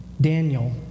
Daniel